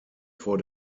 vor